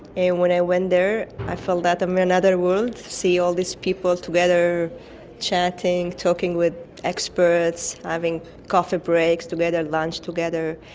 and when i went there i felt that i'm in another world, seeing all these people together chatting, talking with experts, having coffee breaks together, lunch together.